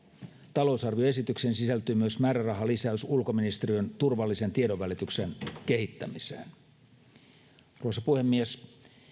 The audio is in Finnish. talousarvioesitykseen sisältyy myös määrärahalisäys ulkoministeriön turvallisen tiedonvälityksen kehittämiseen arvoisa puhemies